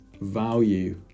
value